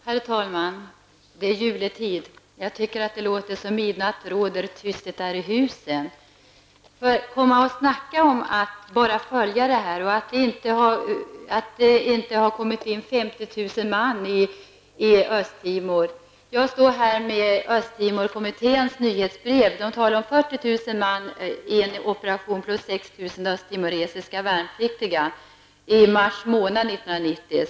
Herr talman! Det är juletid. Jag tycker att det låter som om ''midnatt råder, tyst det är i husen''. Utrikesministern säger att vi bara skall följa situationen. Det har inte kommit in 50 000 man i Östra Timor. Jag har med mig ett nyhetsbrev från Östtimor-kommittén. Där talas det om 40 000 män i en operation plus 60 000 östtimoresiska värnpliktiga i mars 1990.